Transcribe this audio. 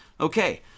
Okay